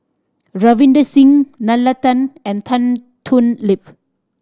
Ravinder Singh Nalla Tan and Tan Thoon Lip